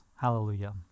hallelujah